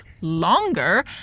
Longer